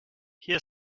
hier